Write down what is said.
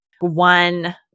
one